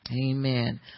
Amen